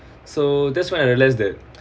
so that's why I realise that